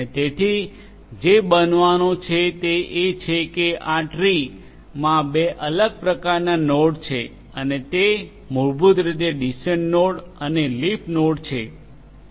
અને તેથી જે બનવાનું છે તે એ છે કે આ ટ્રીમા બે અલગ અલગ પ્રકારનાં નોડ છે અને તે મૂળભૂત રીતે ડીસિઝન નોડ અને લીફ નોડ છે